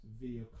video